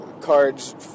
cards